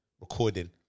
recording